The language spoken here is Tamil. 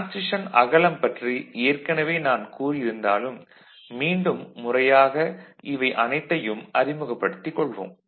டிரான்சிஷன் அகலம் பற்றி எற்கனவே நான் கூறியிருந்தாலும் மீண்டும் முறையாக இவை அனைத்தையும் அறிமுகப்படுத்திக் கொள்வோம்